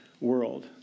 world